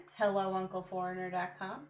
hellouncleforeigner.com